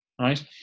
right